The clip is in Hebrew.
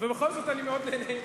ובכל זאת אני מאוד נהנה מהדו-שיח.